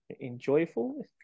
enjoyable